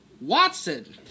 Watson